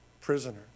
prisoner